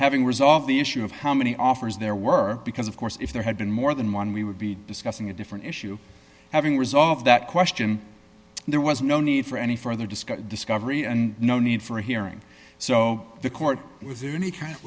having resolved the issue of how many offers there were because of course if there had been more than one we would be discussing a different issue having resolved that question there was no need for any further discussion discovery and no need for a hearing so the court was in any kind of